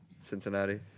Cincinnati